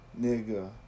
Nigga